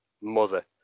mother